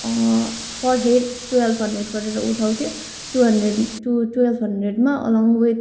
पर head twelve hundred गरेर उठाउँथ्यो twelve हन्ड्रेडमा एलङ्ग विथ